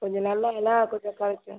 கொஞ்சம் நல்லா எல்லா கொஞ்சம்